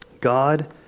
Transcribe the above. God